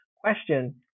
question